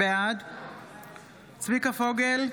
בעד צביקה פוגל,